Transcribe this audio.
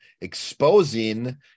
exposing